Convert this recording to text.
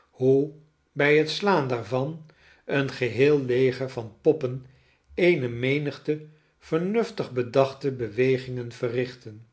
hoe bij het slaan daarvan een geheel leger van poppen eene rnenigte vernuftig bedachte bewegingen verrichtten